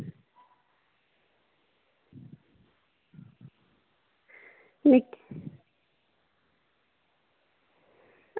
ते